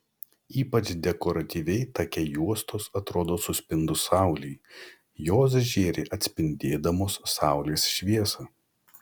ypač dekoratyviai take juostos atrodo suspindus saulei jos žėri atspindėdamos saulės šviesą